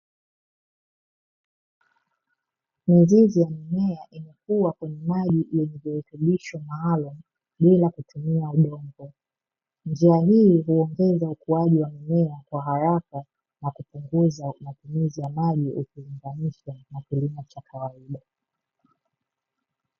Mizizi ya mimea imekuwa kwenye maji yenye virutubisho maalumu bila kutumia udongo, Njia hii huongeza ukuaji wa mimea kwa haraka na kupunguza matumizi ya maji ukilinganisha na kilimo cha kawaida.